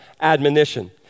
admonition